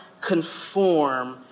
conform